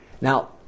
Now